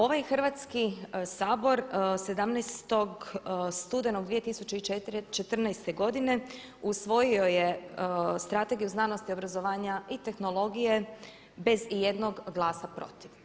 Ovaj Hrvatski sabor 17. studenog 2014. godine usvojio je Strategiju znanosti i obrazovanja i tehnologije bez ijednog glasa protiv.